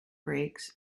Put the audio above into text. brakes